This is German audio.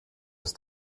ist